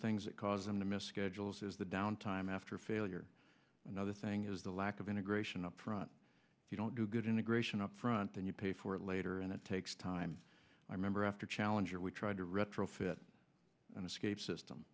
things that cause them to miss schedules is the downtime after failure another thing is the lack of integration up front you don't do good integration up front and you pay for it later and it takes time i remember after challenger we tried to retrofit an escape system